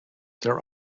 their